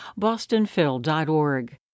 bostonphil.org